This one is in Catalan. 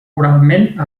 oralment